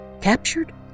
captured